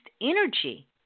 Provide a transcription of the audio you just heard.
energy